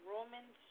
Romans